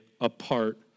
apart